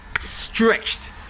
stretched